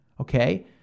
okay